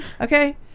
Okay